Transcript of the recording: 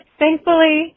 thankfully